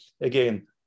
again